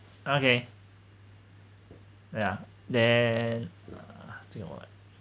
okay ya then uh still got what